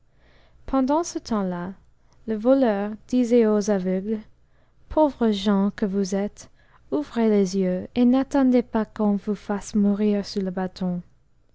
pendant ce temps-là le voleur disait aux aveugles pauvres gens que vous êtes ouvrez les yeux et n'attendez pas qu'on vous fasse mourir sous le bâton